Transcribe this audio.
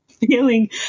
feeling